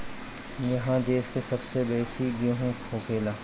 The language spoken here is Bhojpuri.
इहा देश के सबसे बेसी गेहूं होखेला